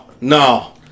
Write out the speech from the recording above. no